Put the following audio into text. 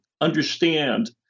understand